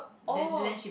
oh